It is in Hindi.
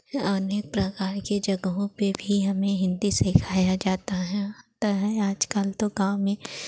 अनेक प्रकार की जगहों पे भी हमें हिन्दी सिखाया जाता हैं जाता है आज कल तो गाँव में